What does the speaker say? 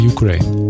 Ukraine